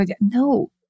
no